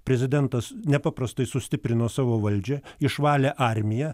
prezidentas nepaprastai sustiprino savo valdžią išvalė armiją